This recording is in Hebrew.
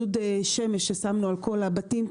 דודי שמש ששמנו על כל הבתים,